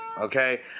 okay